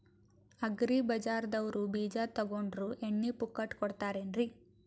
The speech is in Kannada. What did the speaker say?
ಅಗ್ರಿ ಬಜಾರದವ್ರು ಬೀಜ ತೊಗೊಂಡ್ರ ಎಣ್ಣಿ ಪುಕ್ಕಟ ಕೋಡತಾರೆನ್ರಿ?